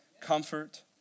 comfort